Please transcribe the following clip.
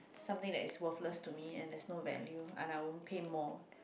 something that is worthless to me and there is no value I won't pay more